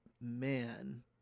man